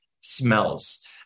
smells